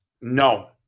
No